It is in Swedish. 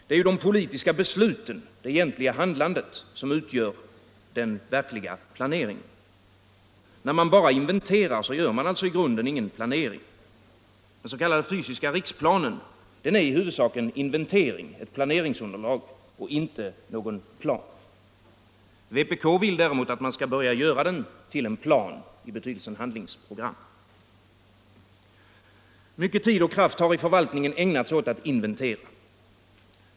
Det är de politiska besluten, det verkliga handlandet, som utgör den egentliga planeringen. När man bara inventerar gör man alltså i grunden ingen planering. Den s.k. fysiska riksplanen är i huvudsak en inventering, ett planeringsunderlag och inte någon plan. Vpk vill däremot att man skall börja göra den till en plan i betydelsen handlingsprogram. Mycket tid och kraft har i förvaltningen ägnats åt att inventera.